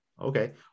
okay